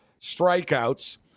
strikeouts